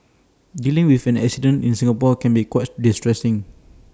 dealing with an accident in Singapore can be quite distressing